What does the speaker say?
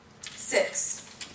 six